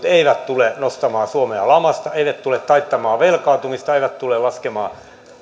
eivät tule nostamaan suomea lamasta eivät tule taittamaan velkaantumista eivät tule laskemaan